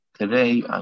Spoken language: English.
today